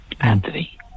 Anthony